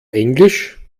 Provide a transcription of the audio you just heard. englisch